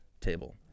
table